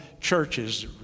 churches